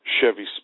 Chevy